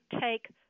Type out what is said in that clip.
take